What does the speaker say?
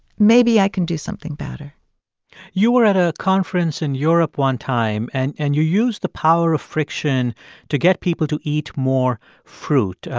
maybe i can do something better you were at a conference in europe one time, and and you used the power of friction to get people to eat more fruit.